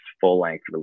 full-length